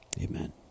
Amen